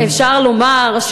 אפשר לומר,